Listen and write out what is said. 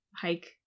hike